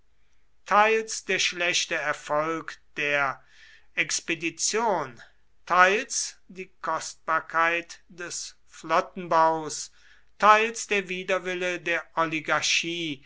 teils der schlechte erfolg seiner expedition teils die kostbarkeit des flottenbaus teils der widerwille der oligarchie